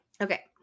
Okay